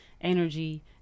energy